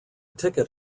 ticket